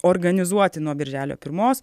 organizuoti nuo birželio pirmos